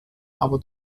aber